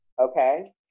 okay